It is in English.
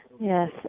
Yes